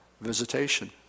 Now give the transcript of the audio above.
visitation